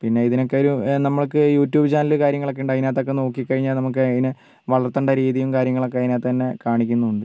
പിന്നെ ഇതിനൊക്കെ ഒരു നമുക്ക് യൂട്യൂബ് ചാനലിൽ കാര്യങ്ങളൊക്കെയുണ്ട് അതിനകത്തൊക്കെ നോക്കി കഴിഞ്ഞാൽ നമുക്ക് അതിനെ വളർത്തേണ്ട രീതിയും കാര്യങ്ങളൊക്കെ അതിനകത്ത് തന്നെ കാണിക്കുന്നുമുണ്ട്